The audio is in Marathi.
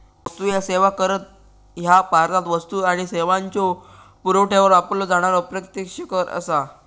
वस्तू आणि सेवा कर ह्या भारतात वस्तू आणि सेवांच्यो पुरवठ्यावर वापरलो जाणारो अप्रत्यक्ष कर असा